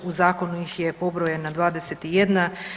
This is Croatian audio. U zakonu ih je pobrojano 21.